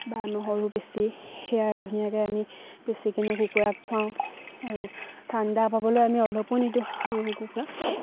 বা নহৰু পিচি সেয়াই ধুনীয়াকে আমি বেছিকেনে কুকুৰাক খুৱাওঁ আৰু ঠাণ্ডা পাবলৈ আমি অলপো নিদিওঁ কুকুৰা